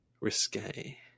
risque